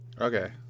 Okay